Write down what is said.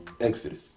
Exodus